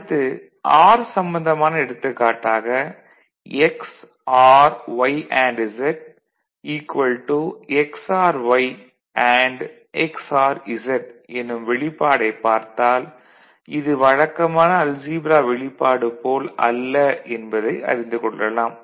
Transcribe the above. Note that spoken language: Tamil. அடுத்து ஆர் சம்பந்தமான எடுத்துக்காட்டாக x or y and z x or y and x or z எனும் வெளிப்பாடைப் பார்த்தால் இது வழக்கமான அல்ஜீப்ரா வெளிப்பாடு போல் அல்ல என்பதை அறிந்து கொள்ளலாம்